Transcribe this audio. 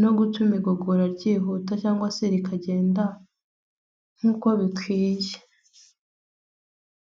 no gutuma igogora ryihuta cyangwa se rikagenda nk'uko bikwiye.